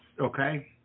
okay